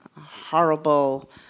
horrible